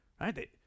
right